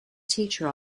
teacher